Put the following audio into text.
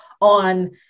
on